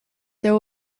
there